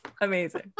amazing